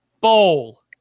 bowl